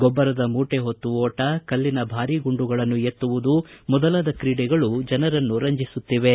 ಗೊಬ್ಬರದ ಮೂಟೆ ಹೊತ್ತು ಓಟ ಕಲ್ಲಿನ ಭಾರಿ ಗುಂಡುಗಳನ್ನು ಎತ್ತುವುದು ಮೊದಲಾದ ಕ್ರೀಡೆಗಳು ಜನರನ್ನು ರಂಜಿಸುತ್ತಿವೆ